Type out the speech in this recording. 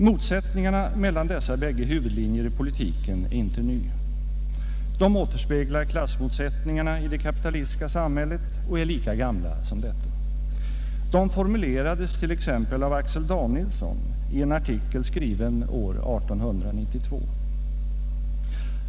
Motsättningarna mellan dessa bägge huvudlinjer i politiken är inte nya. De återspeglar klassmotsättningarna i det kapitalistiska samhället och är lika gamla som detta. De formulerades t.ex. av Axel Danielsson i en artikel skriven år 1892.